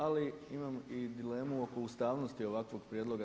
Ali imam i dilemu oko ustavnosti ovakvog prijedloga.